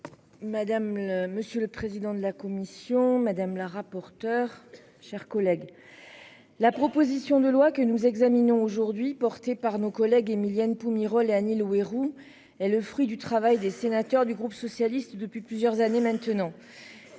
monsieur le président de la commission, madame la rapporteure, chers collègues. La proposition de loi que nous examinons aujourd'hui porté par nos collègues Émilienne Miro. Houerou est le fruit du travail des sénateurs du groupe socialiste depuis plusieurs années maintenant.